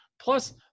plus